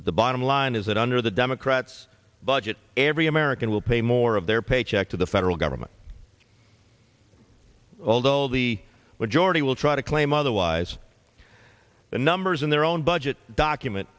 but the bottom line is that under the democrats budget every american will pay more of their paycheck to the federal government although the but jordie will try to claim otherwise the numbers in their own budget document